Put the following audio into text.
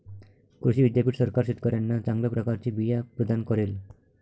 कृषी विद्यापीठ सरकार शेतकऱ्यांना चांगल्या प्रकारचे बिया प्रदान करेल